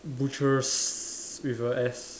butchers with a S